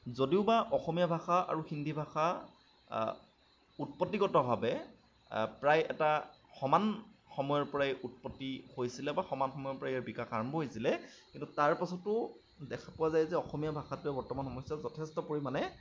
যদিওবা অসমীয়া ভাষা আৰু হিন্দী ভাষা উৎপত্তিগতভাৱে প্ৰায় এটা সমান সময়ৰ পৰাই উৎপত্তি হৈছিলে বা সমান সময়ৰ পৰাই ইয়াৰ বিকাশ আৰম্ভ হৈছিলে কিন্তু তাৰ পাছতো দেখা পোৱা যায় যে অসমীয়া ভাষাটো বৰ্তমান সময়ত যথেষ্ট পৰিমাণে